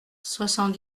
soixante